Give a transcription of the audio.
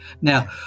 now